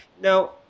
Now